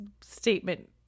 statement